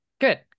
Good